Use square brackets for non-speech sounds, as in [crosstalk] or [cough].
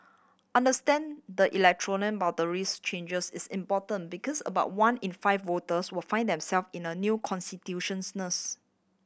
understand the electoral boundaries changes is important because about one in five voters will find themself in a new [unintelligible]